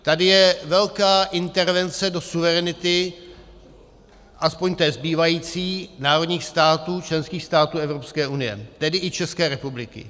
Tady je velká intervence do suverenity, aspoň té zbývající, národních států, členských států Evropské unie, tedy i České republiky.